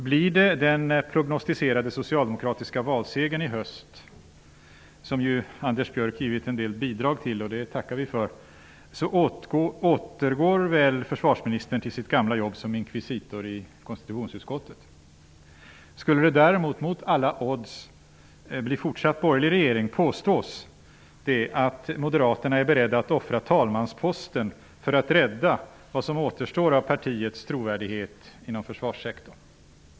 Blir det den prognostiserade socialdemokratiska valsegern i höst, som ju Anders Björck givit en del bidrag till -- det tackar vi för -- så återgår väl försvarsministern till sitt gamla jobb som inkvisitor i konstitutionsutskottet. Skulle det däremot, mot alla odds, bli fortsatt borgerlig regering, påstås det att Moderaterna är beredda att offra talmansposten för att rädda vad som återstår av partiets trovärdighet inom försvarssektorn.